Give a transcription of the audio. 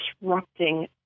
disrupting